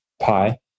Pi